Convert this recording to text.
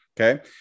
Okay